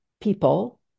people